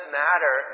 matter